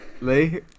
Lee